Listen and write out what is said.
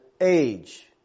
age